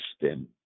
system